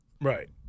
Right